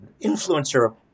influencer